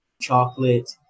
chocolate